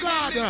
God